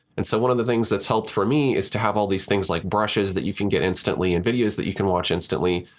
and so one of the things that's helped for me is to have all these things like brushes that you can get instantly and videos that you can watch instantly.